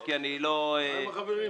מה עם החברים?